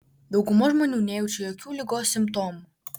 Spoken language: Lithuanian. dauguma žmonių nejaučia jokių ligos simptomų